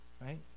right